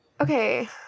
Okay